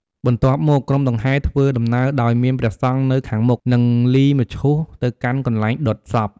បន្ទាប់មក ក្រុមដង្ហែធ្វើដំណើរដោយមានព្រះសង្ឃនៅខាងមុខ និងលីមឈូសទៅកាន់កន្លែងដុតសព។